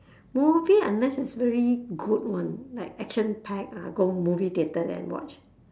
movie unless it's really good one like action packed ah go movie theatre then watch